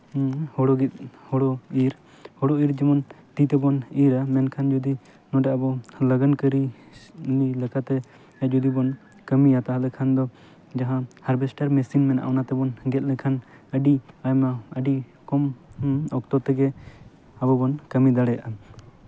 ᱦᱩᱲᱩ ᱜᱮᱛ ᱦᱩᱲᱩ ᱤᱨ ᱦᱩᱲᱩ ᱤᱨ ᱡᱮᱢᱚᱱ ᱛᱤ ᱛᱮᱵᱚᱱ ᱤᱨᱼᱟ ᱢᱮᱱᱠᱷᱟᱱ ᱱᱚᱸᱰᱮ ᱟᱵᱚ ᱞᱟᱜᱟᱱ ᱠᱟᱹᱨᱤ ᱠᱟᱹᱢᱤ ᱞᱮᱠᱟᱛᱮ ᱡᱩᱫᱤ ᱵᱚᱱ ᱠᱟᱹᱢᱤᱭᱟ ᱛᱟᱦᱞᱮ ᱠᱷᱟᱱ ᱫᱚ ᱡᱟᱦᱟᱸ ᱦᱟᱨᱵᱮᱥᱴᱟᱨ ᱢᱮᱥᱤᱱ ᱢᱮᱱᱟᱜᱼᱟ ᱚᱱᱟᱛᱮᱵᱚᱱ ᱜᱮᱫ ᱞᱮᱱᱠᱷᱟᱱ ᱟᱹᱰᱤ ᱟᱭᱢᱟ ᱟᱹᱰᱤ ᱠᱚᱢ ᱚᱠᱛᱚ ᱛᱮᱜᱮ ᱟᱵᱚ ᱵᱚᱱ ᱠᱟᱹᱢᱤ ᱫᱟᱲᱮᱭᱟᱜᱼᱟ